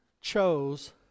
chose